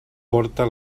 porta